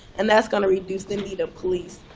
and that's going to reduce the need of police.